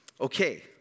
okay